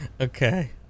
Okay